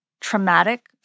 traumatic